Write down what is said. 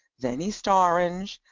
then east orange,